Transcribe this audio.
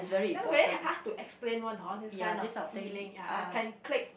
then very ha~ hard to explain one hor this kind of feeling ya can click